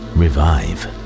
revive